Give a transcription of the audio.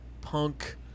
punk